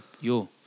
Yo